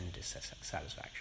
satisfaction